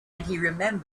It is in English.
know